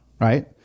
right